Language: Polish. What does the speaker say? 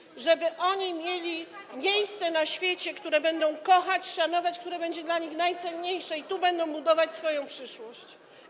Chodzi o to, żeby oni mieli miejsce na świecie, które będą kochać, szanować, które będzie dla nich najcenniejsze, gdzie będą budować swoją przyszłość.